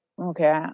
okay